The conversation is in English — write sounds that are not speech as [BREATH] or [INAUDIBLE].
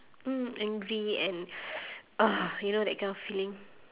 mm angry and [BREATH] ugh you know that kind of feeling